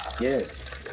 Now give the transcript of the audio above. Yes